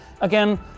again